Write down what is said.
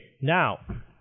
Now